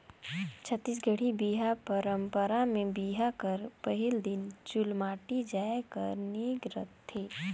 छत्तीसगढ़ी बिहा पंरपरा मे बिहा कर पहिल दिन चुलमाटी जाए कर नेग रहथे